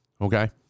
okay